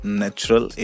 natural